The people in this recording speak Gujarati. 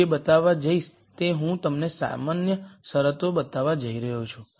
હું જે બતાવવા જઈશ તે હું તમને સામાન્ય શરતો બતાવવા જઇ રહ્યો છું